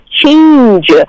change